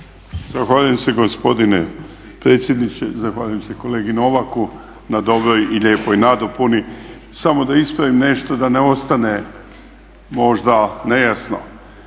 Zahvaljujem se gospodine predsjedniče, zahvaljujem se kolegi Novaku na dobroj i lijepoj nadopuni. Samo da ispravim nešto da ne ostane možda nejasno.